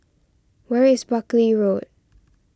where is Buckley Road